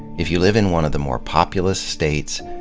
if you live in one of the more populous states,